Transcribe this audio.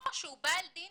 או שהוא בעל דין